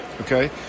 okay